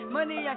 Money